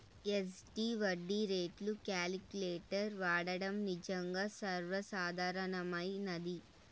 SD వడ్డీ రేట్లు calculator వాడడం నిజంగా సర్వసాధారణమైనది